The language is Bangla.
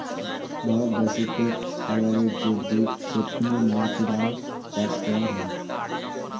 ভারত দ্যাশোতে খায়ারে যে দুধ ছেপনি মৌছুদাম চাষ করাং হই